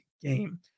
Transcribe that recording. game